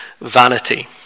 vanity